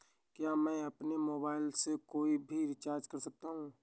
क्या मैं अपने मोबाइल से कोई भी रिचार्ज कर सकता हूँ?